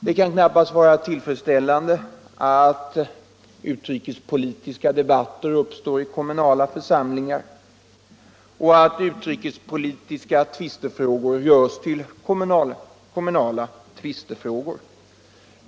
Det kan knappast vara tillfredsställande att utrikespolitiska debatter uppstår i kommunala församlingar och att utrikespolitiska tvistefrågor görs till kommunala tvistefrågor.